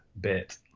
bit